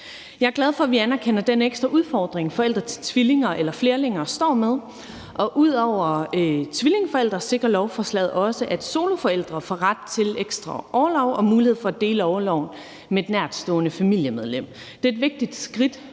Jeg er glad for, at vi anerkender den ekstra udfordring, forældre til tvillinger eller flerlinger står med, og ud over tvillingeforældre sikrer lovforslaget også, at soloforældre får ret til ekstra orlov og mulighed for at dele orloven med et nærtstående familiemedlem. Det er et vigtigt skridt